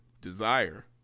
Desire